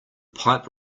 pipe